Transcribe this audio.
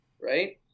Right